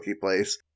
place